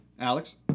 Alex